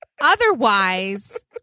Otherwise